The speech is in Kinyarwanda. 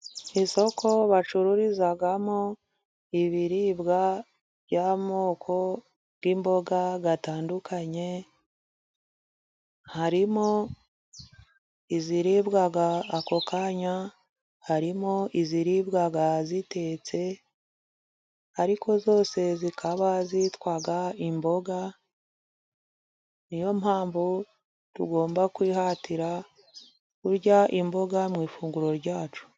Isoko bacururizamo ibiribwa by'amoko y'imboga zitandukanye， harimo iziribwa ako kanya， harimo iziribwa ziteretse， ariko zose zikaba zitwa imboga. Niyo mpamvu tugomba kwihatira kurya imboga， mu ifunguro ryacu.